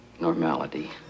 normality